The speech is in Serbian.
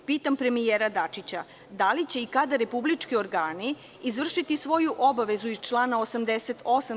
Pitam premijera Dačića – da li će i kada republički organi izvršiti svoju obavezu iz člana 88.